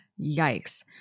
Yikes